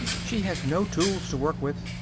she has no tools to work with,